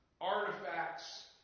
artifacts